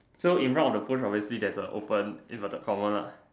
so in front of the push obviously there's a open inverted comma lah